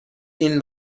این